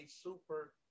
super